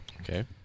Okay